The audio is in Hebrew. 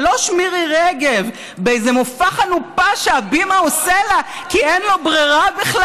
שלוש מירי רגב באיזה מופע חנופה שהבימה עושה לה כי אין לו בכלל ברירה,